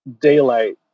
daylight